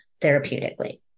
therapeutically